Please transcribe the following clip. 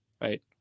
right